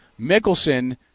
Mickelson